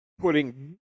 putting